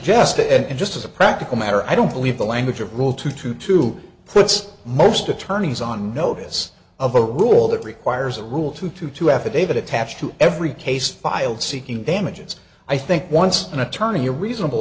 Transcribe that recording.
that and just as a practical matter i don't believe the language of rule two two two puts most attorneys on notice of a rule that requires a rule two to two affidavit attached to every case filed seeking damages i think once an attorney a reasonable